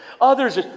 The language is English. Others